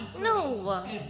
no